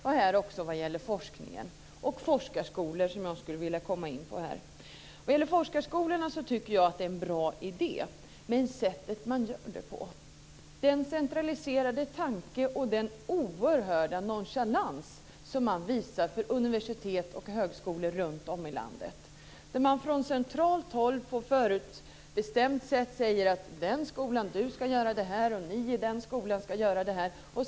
Det gäller också forskningen, som här, och forskarskolor, som jag ska komma in på nu. Jag tycker att forskarskolor är en bra idé. Men jag tycker inte att sättet man gör det på är bra, med den centraliserade tanke och den oerhörda nonchalans som man visar universitet och högskolor runtom i landet. Från centralt håll och på förutbestämt sätt säger man: Den och den skolan och ni ska göra det här, och du ska göra det här osv.